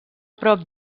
prop